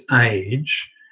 age